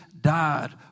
died